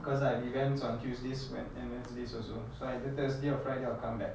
cause I have events on tuesdays wed~ and wednesdays also so I either thursday or friday I'll come back